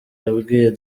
yabwiye